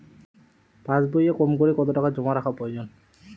পাশবইয়ে কমকরে কত টাকা জমা রাখা প্রয়োজন?